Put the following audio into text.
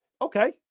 okay